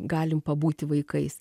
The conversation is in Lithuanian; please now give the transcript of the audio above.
galim pabūti vaikais